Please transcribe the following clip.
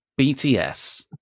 BTS